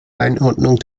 einordnung